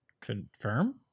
Confirm